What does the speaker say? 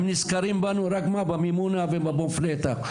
הם נזכרים בנו רק במימונה ובמופלטה.